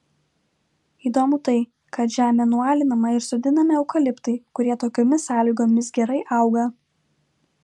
įdomu tai kad žemė nualinama ir sodinami eukaliptai kurie tokiomis sąlygomis gerai auga